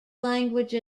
language